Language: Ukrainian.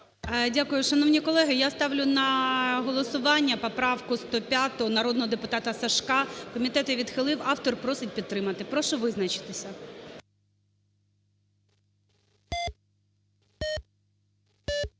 Дякую. Шановні колеги, я ставлю на голосування поправку 105 народного депутата Сажка, комітет її відхилив, автор просить підтримати. Прошу визначитися.